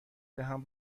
دهم